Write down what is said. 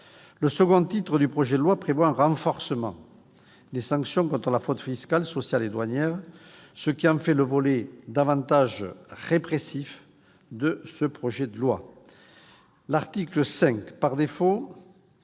Le titre II du projet de loi prévoit un renforcement des sanctions contre la fraude fiscale, sociale et douanière, ce qui en fait le volet le plus répressif de ce texte. L'article 5 prévoit